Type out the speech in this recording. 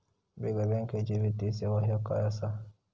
बिगर बँकेची वित्तीय सेवा ह्या काय असा?